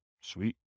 Sweet